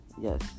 yes